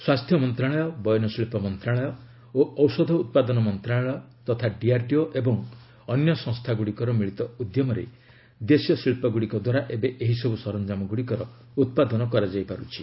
ସ୍ୱାସ୍ଥ୍ୟ ମନ୍ତ୍ରଣାଳୟ ବୟନଶିଳ୍ପ ମନ୍ତ୍ରଣାଳୟ ଓ ଔଷଧ ଉତ୍ପାଦନ ମନ୍ତ୍ରଣାଳୟ ତଥା ଡିଆର୍ଡିଓ ଏବଂ ଅନ୍ୟ ସଂସ୍ଥାଗୁଡ଼ିକର ମିଳିତ ଉଦ୍ୟମରେ ଦେଶୀୟ ଶିଳ୍ପଗୁଡ଼ିକ ଦ୍ୱାରା ଏବେ ଏହି ସବୁ ସରଞ୍ଜାମଗୁଡ଼ିକର ଉତ୍ପାଦନ କରାଯାଉଛି